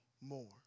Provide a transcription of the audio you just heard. more